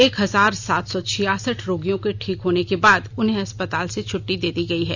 एक हजार सात सौ छियासठ रोगियों को ठीक होने के बाद उन्हें अस्पताल से छट्टी दे दी गयी है